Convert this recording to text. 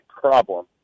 problem